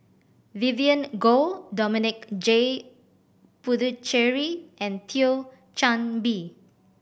Vivien Goh Dominic J Puthucheary and Thio Chan Bee